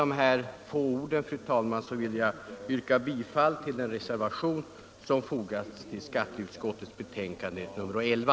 Med dessa få ord, fru talman, vill jag yrka bifall till den reservation som fogats till skatteutskottets betänkande nr 11.